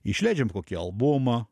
išleidžiam kokį albumą